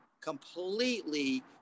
completely